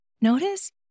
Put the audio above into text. Notice